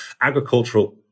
agricultural